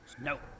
No